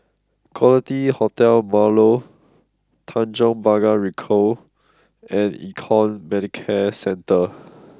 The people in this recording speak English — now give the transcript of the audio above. Quality Hotel Marlow Tanjong Pagar Ricoh and Econ Medicare Centre